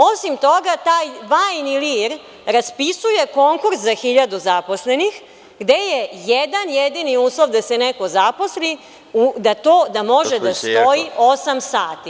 Osim toga, taj bajni „Lir“ raspisuje konkurs za 1000 zaposlenih, gde je jedan jedini uslov da se neko zaposli da može da stoji osam sati.